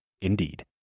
indeed